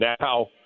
now